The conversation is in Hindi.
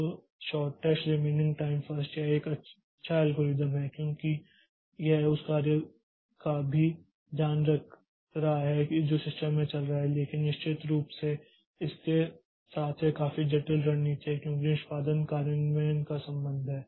तो शॉर्टेस्ट रिमेनिंग टाइम फर्स्ट यह एक अच्छा एल्गोरिथ्म है क्योंकि यह उस कार्य का भी ध्यान रख रहा है जो सिस्टम में चल रहा है लेकिन निश्चित रूप से इसके साथ यह काफी जटिल रणनीति है क्योंकि निष्पादन कार्यान्वयन का संबंध है